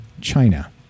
China